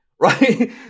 Right